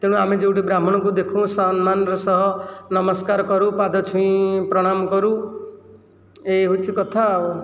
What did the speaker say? ତେଣୁ ଆମେ ଯେଉଁଠି ବ୍ରାହ୍ମଣଙ୍କୁ ଦେଖୁ ସମ୍ମାନର ସହ ନାମସ୍କାର କରୁ ପାଦ ଛୁଇଁ ପ୍ରଣାମ କରୁ ଏଇ ହେଉଛି କଥା ଆଉ